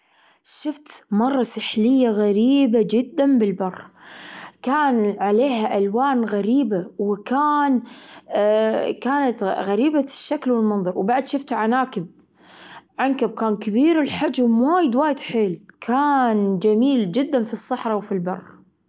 كرة السلة، هذي رياضة أسويها. ما أعرف شلون أسوي كرة السلة، ولا أضرب الكرة، سواء كانت كرة قدم أو كرة سلة. ما أدري شلون أسويها.